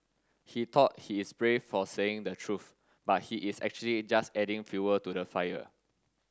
he thought he is brave for saying the truth but he is actually just adding fuel to the fire